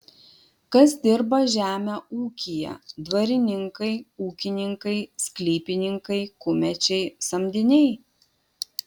kas dirba žemę ūkyje dvarininkai ūkininkai sklypininkai kumečiai samdiniai